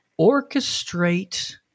Orchestrate